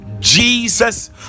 jesus